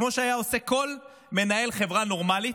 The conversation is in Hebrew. כמו שהיה עושה כל מנהל חברה נורמלית,